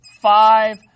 five